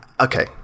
okay